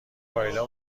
کایلا